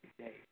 today